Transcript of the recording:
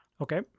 Okay